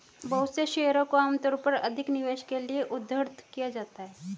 बहुत से शेयरों को आमतौर पर अधिक निवेश के लिये उद्धृत किया जाता है